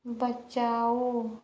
बचाओ